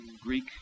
Greek